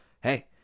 hey